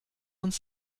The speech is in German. und